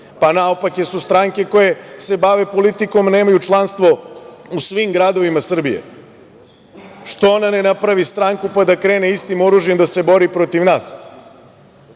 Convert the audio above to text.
Pa naopake su stranke koje se bave politikom, a nemaju članstvo u svim gradovima Srbije.Zašto ona ne napravi stranku pa da krene istim oružjem da se bori protiv nas?